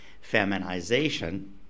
feminization